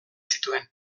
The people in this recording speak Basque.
zituen